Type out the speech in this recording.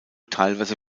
teilweise